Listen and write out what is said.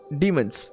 demons